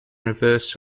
reverse